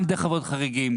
גם דרך ועדות החריגים,